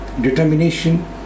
determination